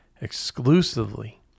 exclusively